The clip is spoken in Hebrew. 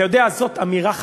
אתה יודע, זאת אמירה חצופה,